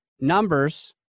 numbers